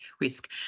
risk